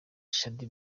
shaddy